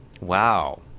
Wow